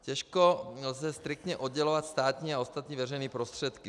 Těžko lze striktně oddělovat státní a ostatní veřejné prostředky.